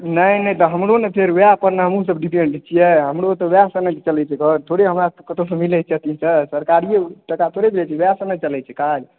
नहि नहि तऽ हमरो ने फेर वएह पर ने हमहुँ सब डिपेंड छियै हमरो तऽ वएह पर ने चलै छै घर थोड़े हमरा सबके कतौ सॅं मिलै छै एखनी तक सरकारियो टका थोड़े भेटैया वएह सॅं ने चलै छै काज